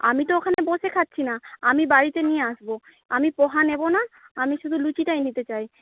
আমি তো ওখানে বসে খাচ্ছি না আমি বাড়িতে নিয়ে আসবো আমি পোহা নেব না আমি শুধু লুচিটাই নিতে চাইছি